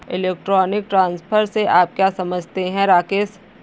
Electronic transfer से आप क्या समझते हैं, राकेश?